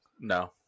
No